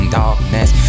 darkness